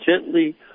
gently